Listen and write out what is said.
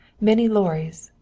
many lorries,